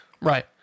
Right